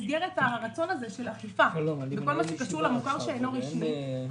במסגרת הרצון הזה של אכיפה בנוגע למוכר שאינו רשמי,